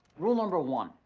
rule number one,